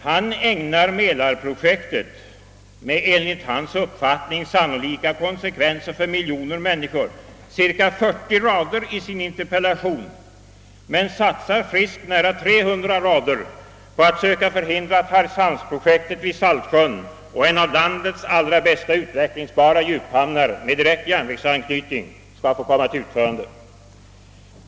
Han ägnar mälarprojektet med dess enligt hans uppfattning sannolika konsekvenser för miljoner människor cirka 40 rader i sin interpellation men satsar friskt nära 300 rader på att söka förhindra att hargshamnsprojektet vid Saltsjön och en av landets allra bästa utvecklingsbara djuphamnar med direkt järnvägsanknytning skall få komma till utförande.